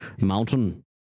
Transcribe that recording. mountain